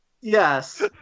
Yes